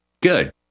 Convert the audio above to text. Good